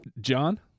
John